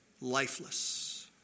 lifeless